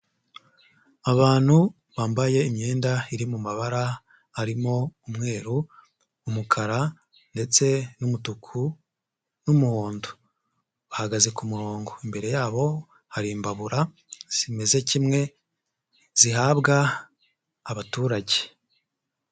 Abantu bambaye imyenda iri mu mabara, harimo umweru, umukara ndetse n'umutuku n'umuhondo. Bahagaze ku murongo, imbere yabo hari imbabura, zimeze kimwe, zihabwa abaturage.